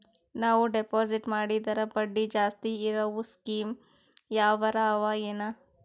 ನಾವು ಡೆಪಾಜಿಟ್ ಮಾಡಿದರ ಬಡ್ಡಿ ಜಾಸ್ತಿ ಇರವು ಸ್ಕೀಮ ಯಾವಾರ ಅವ ಏನ?